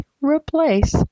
replace